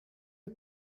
you